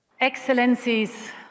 Excellencies